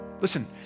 Listen